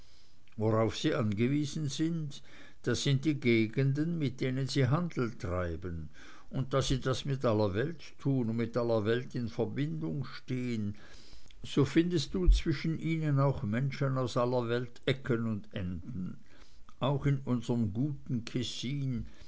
worauf sie angewiesen sind das sind die gegenden mit denen sie handel treiben und da sie das mit aller welt tun und mit aller welt in verbindung stehen so findest du zwischen ihnen auch menschen aus aller welt ecken und enden auch in unserem guten